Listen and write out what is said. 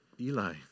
Eli